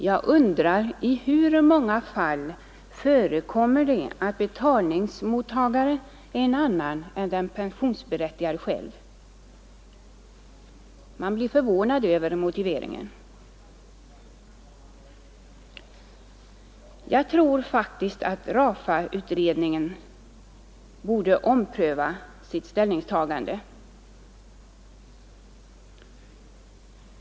Jag undrar: I hur många fall förekommer det att betalningsmottagaren är en annan än den pensionsberättigade själv? Man blir förvånad över motiveringen. Jag tror faktiskt att RAFA-utredningen borde ompröva sitt ställningstagande.